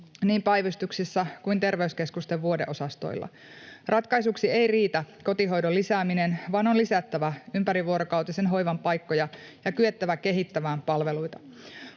niin päivystyksissä kuin terveyskeskusten vuodeosastoilla. Ratkaisuksi ei riitä kotihoidon lisääminen, vaan on lisättävä ympärivuorokautisen hoivan paikkoja ja kyettävä kehittämään palveluita.